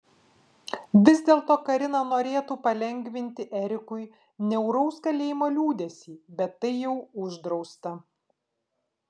vis dėlto karina norėtų palengvinti erikui niauraus kalėjimo liūdesį bet tai jau uždrausta